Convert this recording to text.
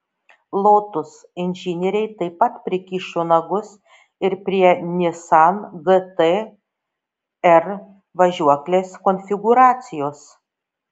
lotus inžinieriai taip pat prikišo nagus ir prie nissan gt r važiuoklės konfigūracijos